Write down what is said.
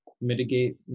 mitigate